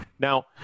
Now